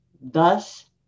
thus